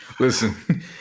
Listen